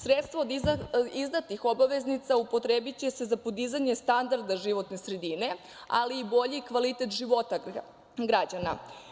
Sredstva od izdatih obveznica upotrebiće se za podizanje standarda životne sredine, ali i bolji kvalitet života građana.